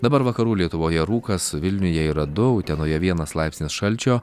dabar vakarų lietuvoje rūkas vilniuje yra du utenoje vienas laipsnio šalčio